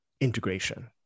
integration